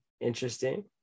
interesting